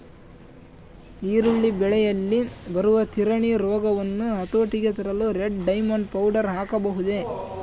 ಈರುಳ್ಳಿ ಬೆಳೆಯಲ್ಲಿ ಬರುವ ತಿರಣಿ ರೋಗವನ್ನು ಹತೋಟಿಗೆ ತರಲು ರೆಡ್ ಡೈಮಂಡ್ ಪೌಡರ್ ಹಾಕಬಹುದೇ?